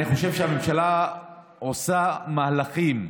אני חושב שהממשלה עושה מהלכים: